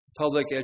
public